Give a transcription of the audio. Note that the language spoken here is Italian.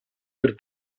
per